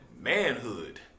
manhood